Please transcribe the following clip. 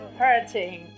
hurting